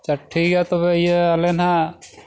ᱟᱪᱪᱷᱟ ᱴᱷᱤᱠ ᱜᱮᱭᱟ ᱛᱚᱵᱮ ᱤᱭᱟᱹ ᱟᱞᱮ ᱱᱟᱜ